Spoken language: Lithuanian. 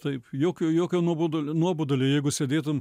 taip jokio jokio nuobodulio nuobodulio jeigu sėdėtum